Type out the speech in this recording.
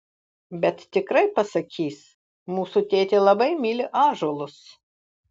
bet tikrai pasakys mūsų tėtė labai myli ąžuolus